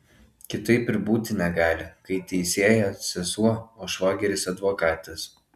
kitaip ir būti negali kai teisėja sesuo o švogeris advokatas